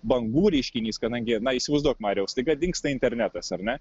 bangų reiškinys kadangi na įsivaizduok mariau staiga dingsta internetas ar ne